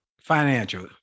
Financial